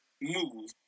move